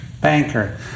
banker